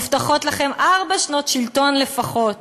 מובטחות לכם ארבע שנות שלטון לפחות.